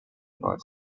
about